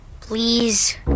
Please